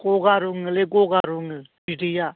गगा रुङोलै गगा रुङो बिदैया